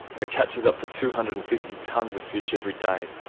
and it catches up to two hundred and fifty tonnes of fish every day.